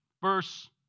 verse